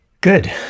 Good